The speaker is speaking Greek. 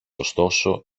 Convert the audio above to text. ωστόσο